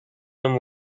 them